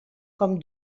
com